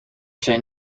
zijn